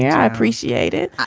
yeah i appreciate it.